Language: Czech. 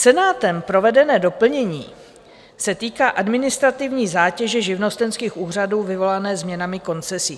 Senátem provedené doplnění se týká administrativní zátěže živnostenských úřadů vyvolané změnami koncesí.